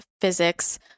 physics